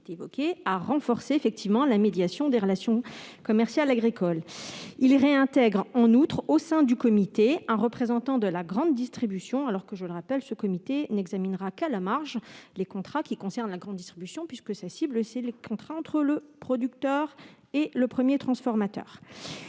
visent à renforcer la médiation des relations commerciales agricoles. Ils réintègrent en outre au sein du comité un représentant de la grande distribution - alors que ce comité n'examinera qu'à la marge les contrats qui concernent la grande distribution, sa cible étant le contrat entre le producteur et le premier transformateur.